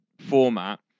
format